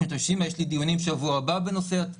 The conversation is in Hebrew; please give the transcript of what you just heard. אשתתף בשבוע הבא בדיונים בנושא הזה.